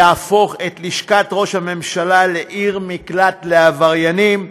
שיהפוך את לשכת ראש הממשלה לעיר מקלט לעבריינים.